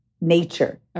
nature